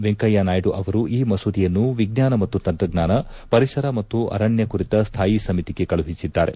ವೆಂಕಯ್ಡನಾಯ್ಡು ಅವರು ಈ ಮಸೂದೆಯನ್ನು ವಿಜ್ವಾನ ಮತ್ತು ತಂತ್ರಜ್ಞಾನ ಪರಿಸರ ಮತ್ತು ಅರಣ್ಣ ಕುರಿತ ಸ್ಥಾಯಿ ಸಮಿತಿಗೆ ಕಳುಹಿಸಿದ್ದಾರೆ